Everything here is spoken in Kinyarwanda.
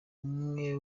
umwe